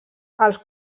els